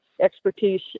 expertise